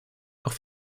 auch